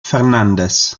fernández